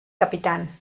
capitán